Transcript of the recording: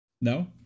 No